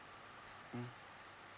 mm